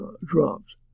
dropped